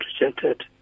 rejected